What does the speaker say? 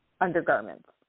undergarments